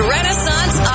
Renaissance